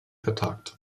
vertagt